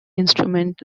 instrument